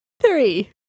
three